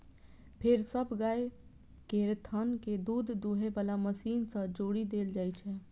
फेर सब गाय केर थन कें दूध दुहै बला मशीन सं जोड़ि देल जाइ छै